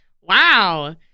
Wow